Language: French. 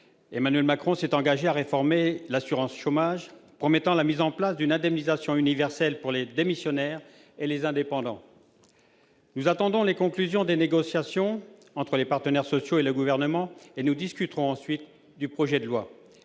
Emmanuel Macron s'est engagé à réformer l'assurance chômage, promettant la mise en place d'une indemnisation universelle pour les démissionnaires et les indépendants. Nous attendons les conclusions des négociations entre les partenaires sociaux et le Gouvernement, et nous discuterons ensuite du projet de loi.